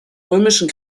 römischen